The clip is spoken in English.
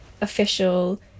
official